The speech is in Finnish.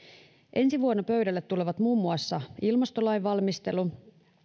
ensi vuonna pöydälle tulevat muun muassa ilmastolain valmistelu